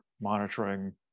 monitoring